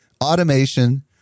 Automation